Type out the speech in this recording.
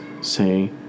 say